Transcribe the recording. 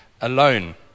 alone